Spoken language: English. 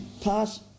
pass